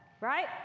right